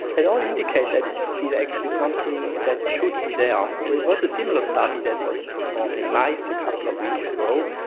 that all indicate that it's actually something that should be there. there was a similar study that was performed in mice a couple of weeks ago.